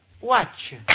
watch